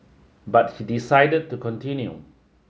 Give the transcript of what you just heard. but he decided to continue